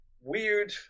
weird